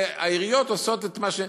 העיריות עושות את זה.